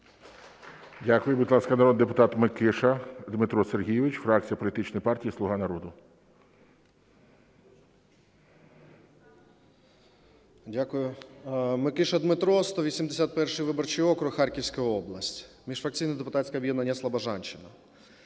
Дякую. Микиша Дмитро, 181 виборчий округ, Харківська область, міжфракційне депутатське об'єднання "Слобожанщина".